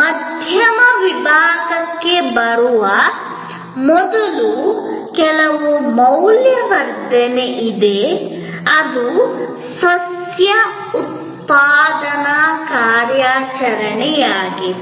ಮಧ್ಯಮ ವಿಭಾಗಕ್ಕೆ ಬರುವ ಮೊದಲು ಕೆಲವು ಮೌಲ್ಯವರ್ಧನೆ ಇದೆ ಅದು ಉತ್ಪಾದನಾ ಕಾರ್ಯಾಚರಣೆ ಆಗಿದೆ